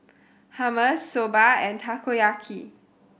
Hummus Soba and Takoyaki